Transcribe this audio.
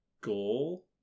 goal